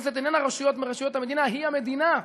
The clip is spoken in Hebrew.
הכנסת איננה רשות מרשויות המדינה, היא המדינה.